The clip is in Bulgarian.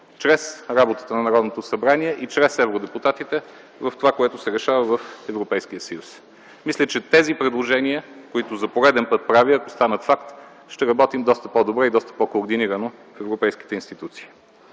чрез работата на Народното събрание и чрез евродепутатите в това, което се решава в Европейския съюз. Мисля, че тези предложения, които за пореден път правя, ако станат факт, ще работим доста по-добре и доста по-координирано в европейските институции.